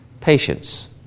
patience